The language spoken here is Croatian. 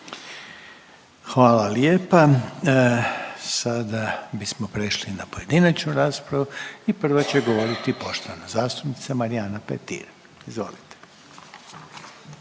Hvala lijepa. Sada bismo prešli na pojedinačnu raspravu i prva će govoriti poštovana zastupnica Marijana Petir. Izvolite.